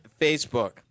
Facebook